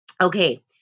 Okay